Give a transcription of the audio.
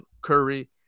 Curry